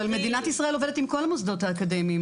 אבל מדינת ישראל עובדת עם כל המוסדות האקדמיים,